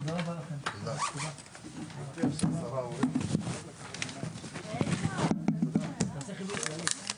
10:40.